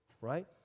right